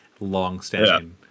long-standing